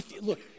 Look